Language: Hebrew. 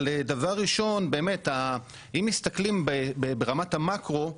אבל דבר ראשון באמת, אם מסתכלים ברמת המאקרו,